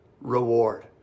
reward